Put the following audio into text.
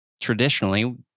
traditionally